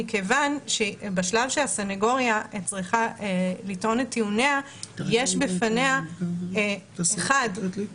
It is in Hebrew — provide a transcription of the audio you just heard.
מכיוון שבשלב שהסנגוריה צריכה לטעון את טיעוניה יש בפניה היקף